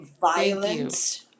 violence